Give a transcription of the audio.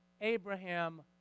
Abraham